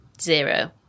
zero